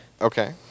Okay